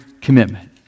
commitment